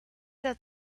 that